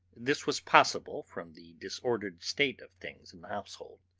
this was possible from the disordered state of things in the household.